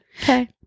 Okay